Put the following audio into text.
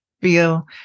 feel